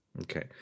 Okay